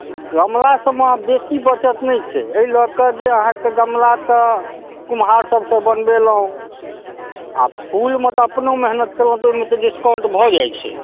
गमला सबमे आब बेसी बचत नहि छै एहि लऽ कऽ जे अहाँकेँ गमला तऽ कुम्हार सबसँ बनबेलहुँ आ फुलमे तऽ अपनो मेहनत कयलहुँ तऽ ओहिमे तऽ डिस्काउन्ट भऽ जाइत छै